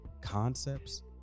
concepts